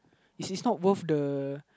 this is not worth the